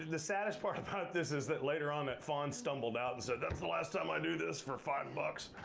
the saddest part about this is that later on that fawn stumbled out and said, that's the last time i do this for five bucks.